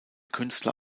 künstler